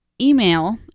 email